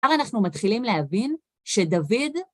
אך אנחנו מתחילים להבין שדוד...